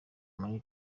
muri